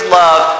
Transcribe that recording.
love